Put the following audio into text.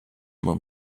mam